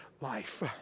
life